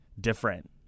different